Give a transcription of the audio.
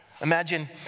imagine